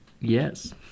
Yes